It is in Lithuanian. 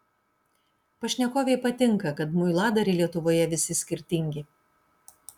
pašnekovei patinka kad muiladariai lietuvoje visi skirtingi